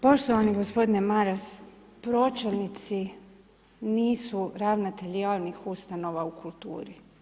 Poštovani gospodine Maras, pročelnici nisu ravnatelji javnih ustanova u kulturi.